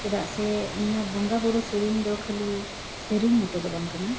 ᱪᱮᱫᱟᱜ ᱥᱮ ᱱᱤᱭᱟᱹ ᱵᱚᱸᱜᱟ ᱵᱩᱨᱩ ᱥᱤᱨᱤᱧᱫᱚ ᱠᱷᱟᱹᱞᱤ ᱥᱤᱨᱤᱧ ᱢᱚᱛᱚᱫᱚ ᱵᱟᱝ ᱠᱟᱱᱟ